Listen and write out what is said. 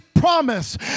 Promise